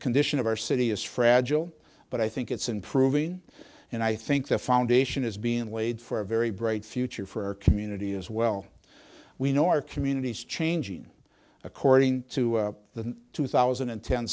condition of our city is fragile but i think it's improving and i think the foundation is being laid for a very bright future for our community as well we know our communities changing according to the two thousand and ten